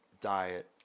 diet